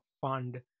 fund